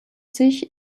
sich